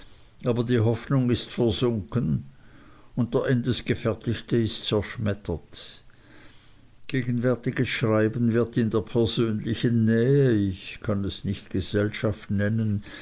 aber die hoffnung ist versunken und der endesgefertigte ist zerschmettert gegenwärtiges schreiben wird in der persönlichen nähe ich kann es nicht gesellschaft nennen